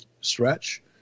stretch